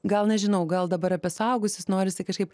gal nežinau gal dabar apie suaugusius norisi kažkaip